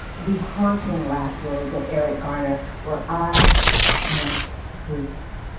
the haunting last words of eric garner were i can't breathe.